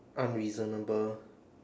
unreasonable